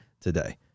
today